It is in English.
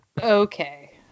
okay